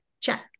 check